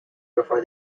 before